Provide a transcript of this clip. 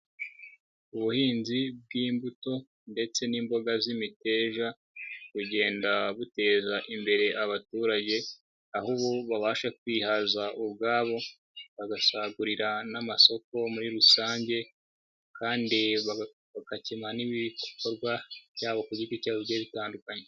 Ubuhinzi bw'imbuto ndetse n'imboga z'imiteja bukugenda buteza imbere abaturage, aho ubu babasha kwihaza ubwabo bagasagurira n'amasoko muri rusange, kandi bagakemura n'ibikorwa byabo ku giti cyabo bigiye bitandukanye.